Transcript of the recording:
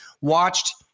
watched